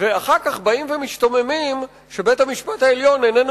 ואחר כך באים ומשתוממים שבית-המשפט העליון איננו